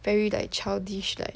very like childish like